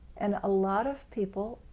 and a lot of people,